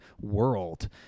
world